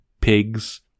pigs